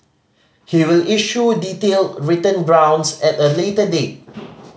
he will issue detailed written grounds at a later date